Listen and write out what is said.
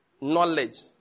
Knowledge